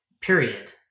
period